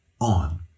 on